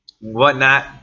whatnot